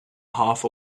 half